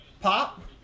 pop